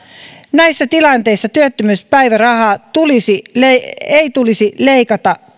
näissä tilanteissa työttömyyspäivärahaa ei tulisi leikata